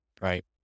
Right